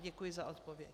Děkuji za odpověď.